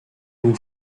vous